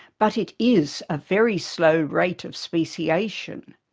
but it is a very slow rate of speciation.